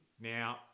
Now